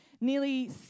nearly